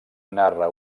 narra